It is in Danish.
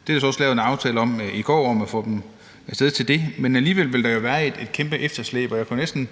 og der er jo så også i går lavet en aftale om at få dem af sted til det, men alligevel vil der jo være et kæmpe efterslæb, og jeg kunne næsten